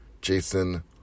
Jason